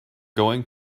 going